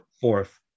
fourth